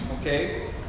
Okay